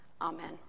Amen